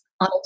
on